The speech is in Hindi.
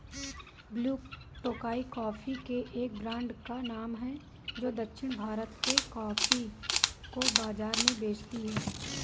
ब्लू टोकाई कॉफी के एक ब्रांड का नाम है जो दक्षिण भारत के कॉफी को बाजार में बेचती है